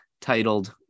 titled